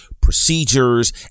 procedures